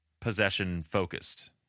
possession-focused